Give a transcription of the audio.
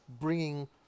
bringing